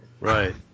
Right